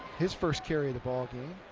his first carry of the ballgame.